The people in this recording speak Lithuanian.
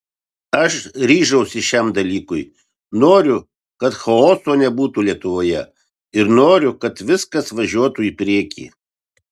aš ryžausi šiam dalykui noriu kad chaoso nebūtų lietuvoje ir noriu kad viskas važiuotų į priekį